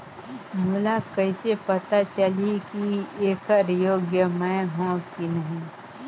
मोला कइसे पता चलही की येकर योग्य मैं हों की नहीं?